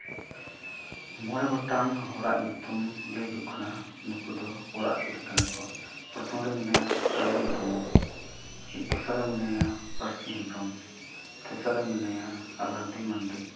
ᱢᱚᱬᱮ ᱜᱚᱴᱟᱝ ᱦᱚᱲᱟᱜ ᱧᱩᱛᱩᱢ ᱞᱟᱹᱭ ᱦᱩᱭᱩᱜ ᱠᱟᱱᱟ ᱱᱩᱠᱩ ᱫᱚ ᱚᱲᱟᱜ ᱥᱩᱨ ᱨᱮᱱ ᱠᱟᱱᱟ ᱠᱚ ᱯᱨᱚᱛᱷᱚᱢ ᱨᱮ ᱢᱮᱱᱟᱭᱟ ᱠᱟᱹᱨᱩ ᱢᱩᱨᱢᱩ ᱫᱚᱥᱟᱨ ᱨᱮ ᱢᱮᱱᱟᱭᱟ ᱯᱟᱹᱨᱥᱤ ᱦᱮᱢᱵᱨᱚᱢ ᱛᱮᱥᱟᱨ ᱨᱮ ᱢᱮᱱᱟᱭᱟ ᱟᱞᱞᱟᱫᱤ ᱢᱟᱱᱰᱤ